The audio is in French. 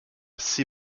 six